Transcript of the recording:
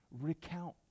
Recount